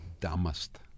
dumbest